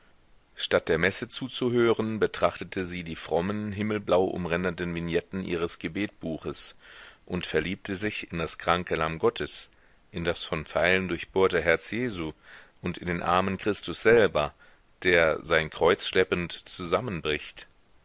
statt der messe zuzuhören betrachtete sie die frommen himmelblau umränderten vignetten ihres gebetbuches und verliebte sich in das kranke lamm gottes in das von pfeilen durchbohrte herz jesu und in den armen christus selber der sein kreuz schleppend zusammenbricht